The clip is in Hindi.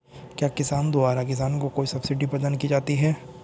क्या सरकार द्वारा किसानों को कोई सब्सिडी प्रदान की जाती है?